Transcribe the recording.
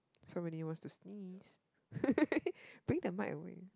somebody wants to sneeze bring the mic away